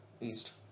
East